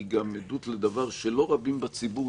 לתפקד.